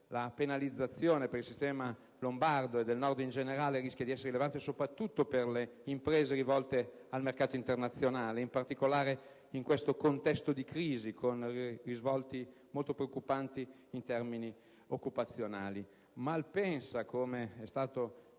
La penalizzazione per il sistema lombardo e del Nord in generale rischia di essere rilevante soprattutto per le imprese rivolte al mercato internazionale, in particolare in questo contesto di crisi, con risvolti molto preoccupanti in termini occupazionali. Malpensa, come ha